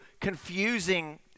confusing